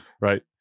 right